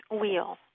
wheel